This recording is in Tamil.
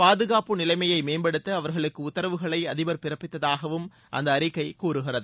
பாதுகாப்பு நிலைமையை மேம்படுத்த அவர்களுக்கு மேலும் தேவையான உத்தரவுகளை அதிபர் பிறப்பித்ததாகவும் அந்த அறிக்கை கூறுகிறது